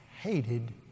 hated